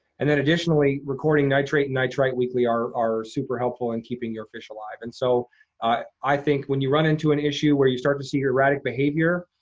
and then additionally, recording nitrate and nitrite weekly are are super helpful in keeping your fish alive. and so i think, when you run into an issue where you start to see erratic behavior,